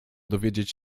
dowiedzieć